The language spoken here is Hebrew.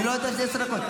אני לא נתתי עשר דקות.